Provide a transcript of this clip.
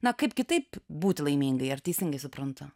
na kaip kitaip būti laimingai ar teisingai suprantu